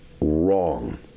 wrong